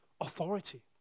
authority